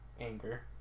anger